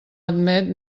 admet